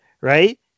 right